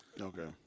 Okay